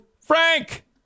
Frank